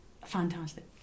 Fantastic